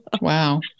Wow